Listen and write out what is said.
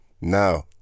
No